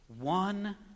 One